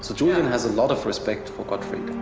so julian has a lot of respect for gottfrid. i